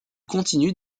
continue